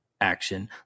action